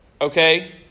okay